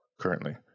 currently